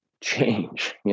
change